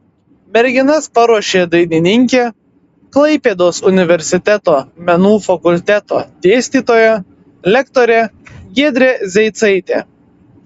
merginas paruošė dainininkė klaipėdos universiteto menų fakulteto dėstytoja lektorė giedrė zeicaitė